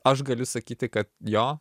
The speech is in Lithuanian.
aš galiu sakyti kad jo